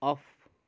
off